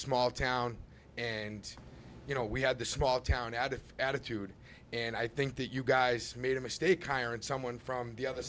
small town and you know we had the small town added attitude and i think that you guys made a mistake hired someone from the other